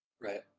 Right